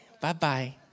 Bye-bye